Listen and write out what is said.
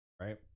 right